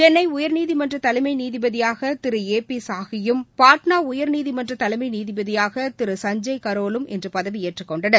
சென்னை உயர்நீதிமன்ற தலைமை நீதிபதியாக திரு ஏ பி சாஹியும் பாட்னா உயர்நீதிமன்ற தலைமை நீதிபதியாக திரு சஞ்சய் கரோலும் இன்று பதவியேற்று கொண்டனர்